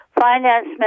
finance